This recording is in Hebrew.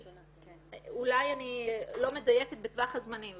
אולי אני לא מדייקת בטווח הזמנים,